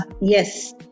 Yes